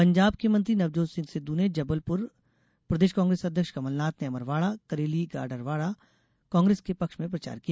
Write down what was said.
पंजाब के मंत्री नवजोत सिंह सिद्ध ने जबलपुर और सिवनी में प्रदेष कांग्रेस अध्यक्ष कमलनाथ ने अमरवाड़ा करेली गाडरवाड़ा में कांग्रेस के पक्ष में प्रचार किया